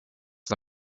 the